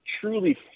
truly